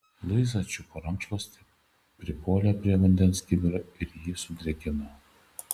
luiza čiupo rankšluostį pripuolė prie vandens kibiro ir jį sudrėkino